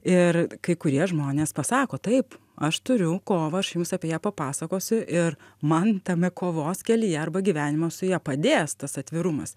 ir kai kurie žmonės pasako taip aš turiu kovą aš jums apie ją papasakosiu ir man tame kovos kelyje arba gyvenimo su ja padės tas atvirumas